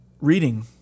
reading